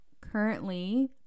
currently